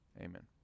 Amen